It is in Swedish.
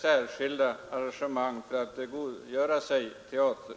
särskilda arrangemang måste till för att de grupper som det här gäller skall kunna tillgodogöra sig teater.